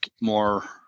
more